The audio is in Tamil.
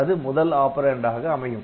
அது முதல் ஆப்பரேன்ட் ஆக அமையும்